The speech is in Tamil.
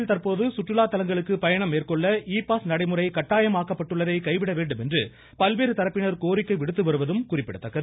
தமிழகத்தில் தற்போது சுற்றுலாத்தலங்களுக்கு பயணம் மேற்கொள்ள இ பாஸ் நடைமுறை கட்டாயமாக்கப்பட்டுள்ளதை கைவிட வேண்டும் என்று பல்வேறு தரப்பினர் கோரிக்கை விடுத்து வருவதும் குறிப்பிடத்தக்கது